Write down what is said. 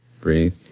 Breathe